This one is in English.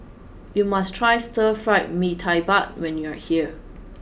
you must try stir fried mee tai mak when you are here